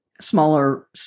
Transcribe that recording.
smaller